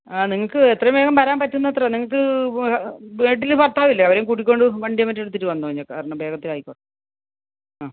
ആ നിങ്ങൾക്ക് എത്രയും വേഗം വരാൻ പറ്റുന്നത്രയും നിങ്ങൾക്ക് വീട്ടിൽ ഭർത്താവില്ലേ അവരേയും കൂട്ടി ണ്ട് വണ്ടിയോ മറ്റോ എടുത്തിട്ട് വന്നോ ഇഞ്ഞ് കാരണം വേഗത്തിലായിക്കോട്ടെ ആ